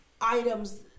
items